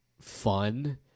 fun